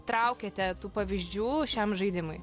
traukiate tų pavyzdžių šiam žaidimui